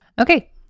Okay